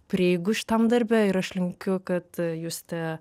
prieigų šitam darbe ir aš linkiu kad justė